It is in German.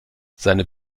seine